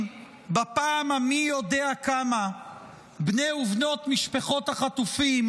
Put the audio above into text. בפעם המי-יודע-כמה בני ובנות משפחות החטופים,